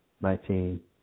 nineteen